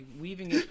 weaving